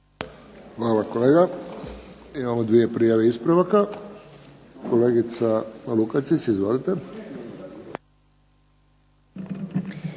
Hvala kolega. Imamo dvije prijave ispravka. Kolegica Lukačić. Izvolite.